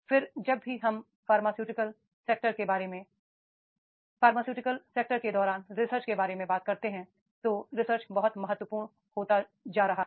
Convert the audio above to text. फिर जब भी हम फार्मास्युटिकल सेक्टर के बारे में फार्मास्युटिकल सेक्टर के दौरान रिसर्च के बारे में बात करते हैं तो रिसर्च बहुत महत्वपूर्ण होता जा रहा है